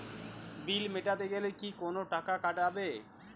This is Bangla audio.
বিল মেটাতে গেলে কি কোনো টাকা কাটাবে?